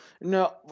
No